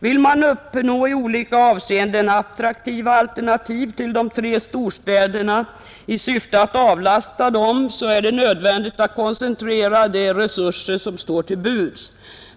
Vill man uppnå i olika avseenden attraktiva alternativ till de tre storstäderna i syfte att avlasta dem, så är det nödvändigt att koncentrera de resurser som står till buds.